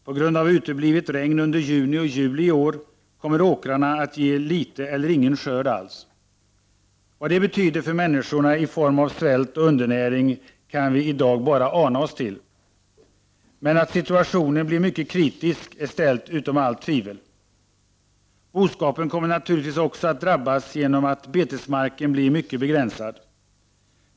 På grund av uteblivet regn under juni och juli i år kommer åkrarna att ge liten eller ingen skörd alls. Vad det betyder för människorna i form av svält och undernäring kan vi i dag bara ana oss till. Men att situationen blir mycket kritisk är ställt utom allt tvivel. Boskapen kommer naturligtvis också att drabbas genom att betesmarken blir mycket begränsad.